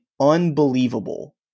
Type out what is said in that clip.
unbelievable